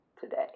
today